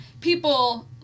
people